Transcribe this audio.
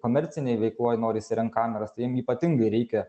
komercinėj veikloj nori įsirengt kameras tai jiem ypatingai reikia